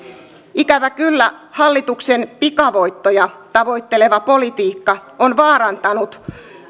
ikävä kyllä hallituksen pikavoittoja tavoitteleva politiikka on vaarantanut